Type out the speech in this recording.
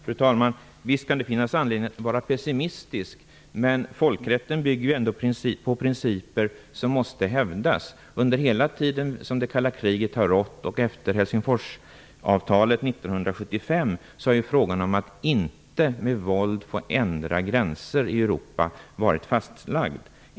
Fru talman! Visst kan det finnas anledning att vara pessimistisk. Men folkrätten bygger ju ändå på principer som måste hävdas. Under hela den tid som det kalla kriget har rått, och efter Helsingforsavtalet 1975, har frågan om att inte med våld få ändra gränser i Europa varit fastlagd.